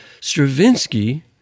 Stravinsky